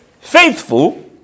faithful